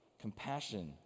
Compassion